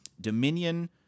Dominion